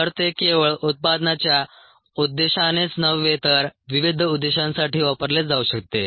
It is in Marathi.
तर ते केवळ उत्पादनाच्या उद्देशानेच नव्हे तर विविध उद्देशांसाठी वापरले जाऊ शकते